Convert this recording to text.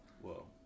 Whoa